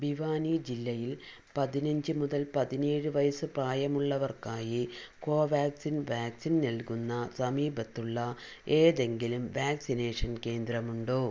ഭിവാനി ജില്ലയിൽ പതിനഞ്ച് മുതൽ പതിനേഴ് വയസ്സ് പ്രായമുള്ളവർക്കായി കോവാക്സിൻ വാക്സിൻ നൽകുന്ന സമീപത്തുള്ള ഏതെങ്കിലും വാക്സിനേഷൻ കേന്ദ്രമുണ്ടോ